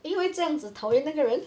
因为这样子讨厌那个人